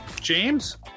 James